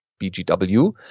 BGW